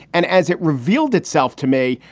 and as it revealed itself to me,